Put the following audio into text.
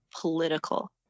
political